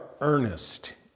earnest